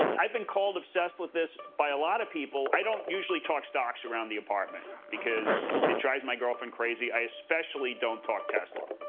i've been called obsessed with this by a lot of people. i don't usually talk stocks around the apartment, because it drives my girlfriend crazy. i especially don't talk tesla.